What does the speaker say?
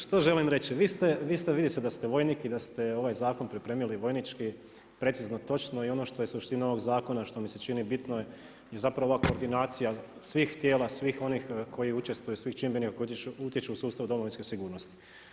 Što želim reći, vidi se da ste vojnik i da ste ovaj zakon pripremili vojnički, precizno točno i ono što je suština ovog zakona i što mi se čini bitno je zapravo koordinacija svih tijela, svih onih koji učestvuju, svih čimbenika koji utječu u sustavu domovinske sigurnosti.